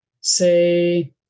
say